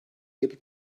able